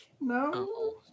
No